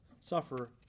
suffer